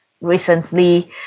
recently